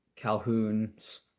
Calhoun's